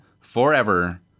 forever